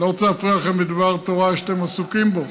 לא רוצה להפריע לכם בדבר התורה שאתם עסוקים בו,